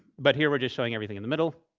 but here, we're just showing everything in the middle.